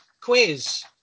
quiz